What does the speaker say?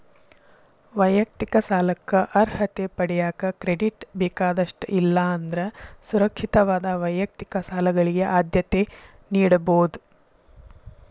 ವೈಯಕ್ತಿಕ ಸಾಲಕ್ಕ ಅರ್ಹತೆ ಪಡೆಯಕ ಕ್ರೆಡಿಟ್ ಬೇಕಾದಷ್ಟ ಇಲ್ಲಾ ಅಂದ್ರ ಸುರಕ್ಷಿತವಾದ ವೈಯಕ್ತಿಕ ಸಾಲಗಳಿಗೆ ಆದ್ಯತೆ ನೇಡಬೋದ್